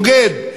"בוגד",